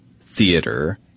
theater